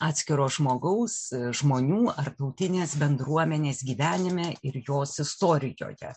atskiro žmogaus žmonių ar tautinės bendruomenės gyvenime ir jos istorijoje